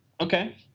Okay